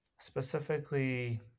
Specifically